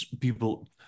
people